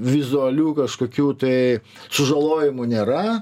vizualių kažkokių tai sužalojimų nėra